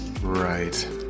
Right